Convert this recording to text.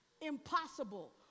Impossible